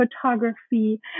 photography